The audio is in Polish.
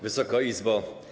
Wysoka Izbo!